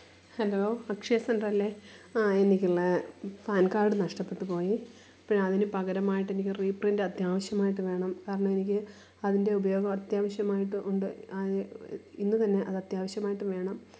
hello Akshaya സെന്ററല്ലേ ആ എനിക്കുള്ള പാന് കാര്ഡ് നഷ്ടപ്പെട്ടുപോയി അപ്പോള് അതിന് പകരമായിട്ട് എനിക്കൊരു റീപ്രിന്റ് അത്യാവശ്യമായിട്ട് വേണം കാരണം എനിക്ക് അതിന്റെ ഉപയോഗം അത്യാവശ്യമായിട്ടും ഉണ്ട് ഇന്ന് തന്നെ അതത്യാവശ്യമായിട്ടും വേണം